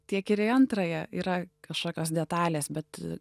tiek ir į antrąją yra kašokios detalės bet